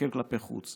שמסתכלים כלפי חוץ.